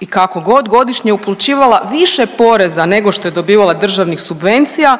i kako god, godišnje je uplaćivala više poreza nego što je dobivala državnih subvencija,